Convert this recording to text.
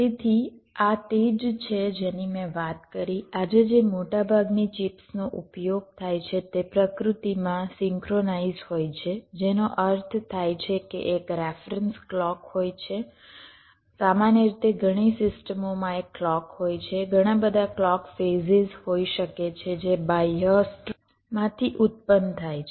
તેથી આ તે જ છે જેની મેં વાત કરી આજે જે મોટાભાગની ચિપ્સનો ઉપયોગ થાય છે તે પ્રકૃતિમાં સિંક્રોનાઇઝ હોય છે જેનો અર્થ થાય છે કે એક રેફરન્સ ક્લૉક હોય છે સામાન્ય રીતે ઘણી સિસ્ટમોમાં એક ક્લૉક હોય છે ઘણાબધા ક્લૉક ફેઝિઝ હોઈ શકે છે જે એક બાહ્ય સ્રોતમાંથી ઉત્પન્ન થાય છે